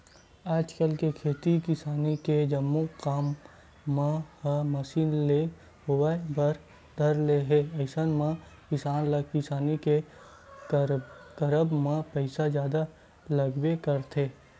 आजकल खेती किसानी के जम्मो काम मन ह मसीन ले होय बर धर ले हे अइसन म किसान ल किसानी के करब म पइसा जादा लगबे करथे